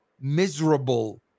miserable